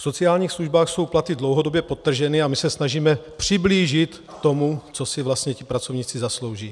V sociálních službách jsou platy dlouhodobě podtrženy a my se snažíme přiblížit k tomu, co si vlastně ti pracovníci zaslouží.